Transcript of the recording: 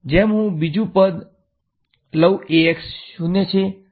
જેમ હું બીજુ પદ લઉં Ax શુન્ય છે